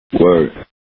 Word